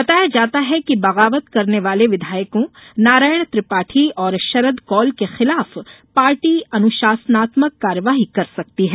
बताया जाता है कि बगावत करने वाले विधायकों नारायण त्रिपाठी और शरद कौल के खिलाफ पार्टी अनुशासनात्मक कार्यवाही कर सकती है